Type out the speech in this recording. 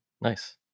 Nice